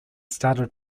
started